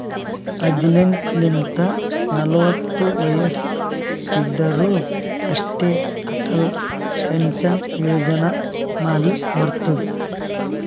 ಹದಿನೆಂಟ್ ಲಿಂತ ನಲ್ವತ ವಯಸ್ಸ್ ಇದ್ದೋರ್ ಅಷ್ಟೇ ಅಟಲ್ ಪೆನ್ಷನ್ ಯೋಜನಾ ಮಾಡ್ಲಕ್ ಬರ್ತುದ್